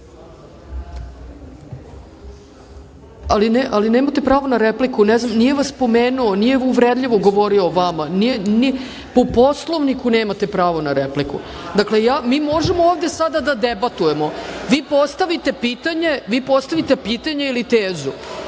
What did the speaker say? nemate pravo na repliku. Nije vas pomenuo, nije uvredljivo govorio o vama, nije. Po Poslovniku nemate pravo na repliku. Dakle, mi možemo ovde sada da debatujemo. Vi postavite pitanje ili tezu,